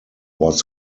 was